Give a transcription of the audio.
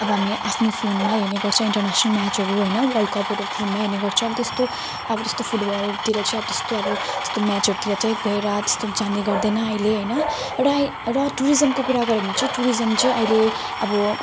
अब हामी आफ्नो फोनमै हेर्ने गर्छौँ इन्टरनेसनल म्याचहरू होइन वर्ल्ड कपहरू फोनमै हेर्ने गर्छौँ त्यस्तो अब त्यस्तो फुटबलतिर चाहिँ अब त्यस्तो अब त्यस्तो म्याचहरूतिर चाहिँ गएर अब त्यस्तो जाने गर्दैनौँ अहिले होइन एउटै र टुरिजमको कुरा गऱ्यो भने चाहिँ टुरिजम चाहिँ अहिले अब